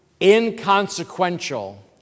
inconsequential